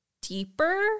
deeper